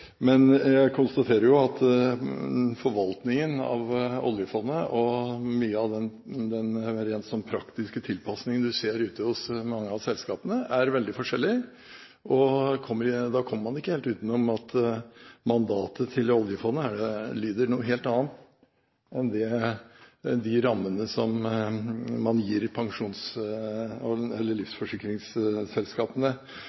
Men jeg konstaterer jo at forvaltningen av oljefondet og mye av den rent praktiske tilpasningen du ser ute hos mange av selskapene, er veldig forskjellig, og da kommer man ikke helt utenom at mandatet til oljefondet er noe helt annet enn de rammene som man gir